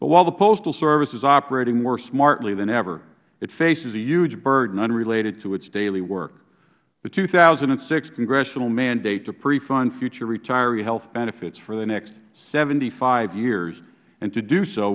but while the postal service is operating more smartly than ever it faces a huge burden unrelated to its daily work the two thousand and six congressional mandate to pre fund future retiree health benefits for the next seventy five years and to do so